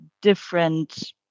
different